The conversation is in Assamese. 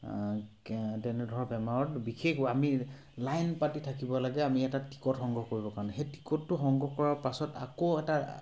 তেনেধৰণৰ বেমাৰত বিশেষ আমি লাইন পাতি থাকিব লাগে আমি এটা টিকট সংগ্ৰহ কৰিবৰ কাৰণে সেই টিকটটো সংগ্ৰহ কৰাৰ পাছত আকৌ এটা